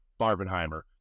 Barbenheimer